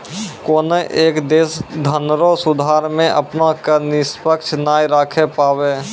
कोनय एक देश धनरो सुधार मे अपना क निष्पक्ष नाय राखै पाबै